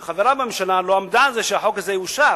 שהיא חברה בממשלה, לא עמדה על זה שהחוק הזה יאושר.